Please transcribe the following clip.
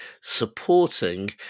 supporting